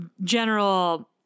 general